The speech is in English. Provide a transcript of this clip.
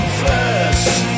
first